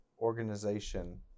organization